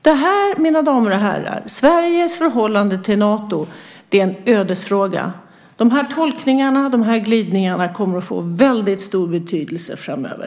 Det betyder, mina damer och herrar, att Sveriges förhållande till Nato är en ödesfråga. Dessa tolkningar, dessa glidningar, kommer att få mycket stor betydelse framöver.